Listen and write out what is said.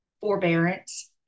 forbearance